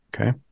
okay